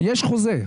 יש חוזה,